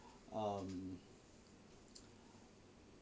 um